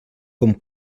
com